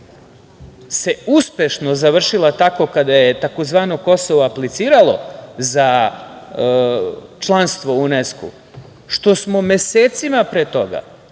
se uspešno završila kada je tzv. Kosovo apliciralo za članstvo u UNESKO, što smo mesecima pre toga